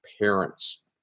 parents